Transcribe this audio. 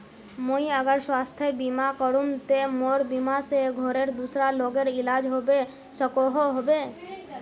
मुई अगर स्वास्थ्य बीमा करूम ते मोर बीमा से घोरेर दूसरा लोगेर इलाज होबे सकोहो होबे?